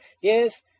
Yes